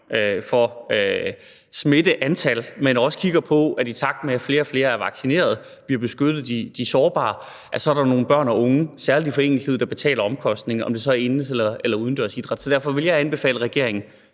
af smittede, man også kigger på, at i takt med at flere og flere er vaccineret, og at vi har beskyttet de sårbare, så er der nogle børn og unge, særlig i foreningslivet, der betaler omkostningen, om det så er indendørs eller udendørs idræt. Så derfor vil jeg anbefale regeringen